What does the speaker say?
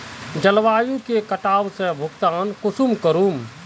जलवायु के कटाव से भुगतान कुंसम करूम?